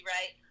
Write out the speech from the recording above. Right